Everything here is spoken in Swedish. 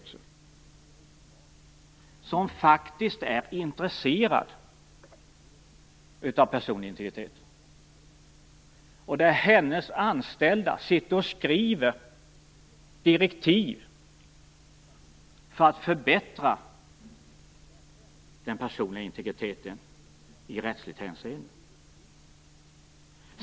Hon är faktiskt intresserad av personlig integritet. Hennes anställda sitter och skriver direktiv för att förbättra den personliga integriteten i rättsligt hänseende.